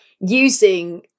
Using